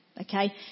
okay